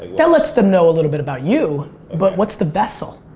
that let's them know a little bit about you but what's the vessel?